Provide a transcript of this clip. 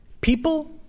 people